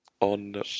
on